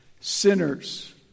sinners